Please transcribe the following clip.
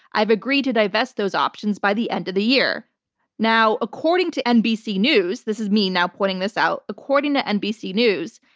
i've agreed to divest those options by the end of the year now, according to nbc news, this is me now pointing this out. according to nbc news,